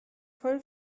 voll